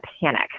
panic